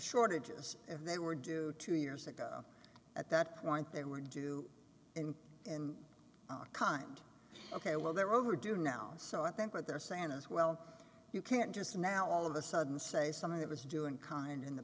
shortages if they were do two years ago at that point they would do in in kind ok well they're overdue now so i think what they're saying is well you can't just now all of the sudden say something that is due in kind in the